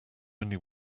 only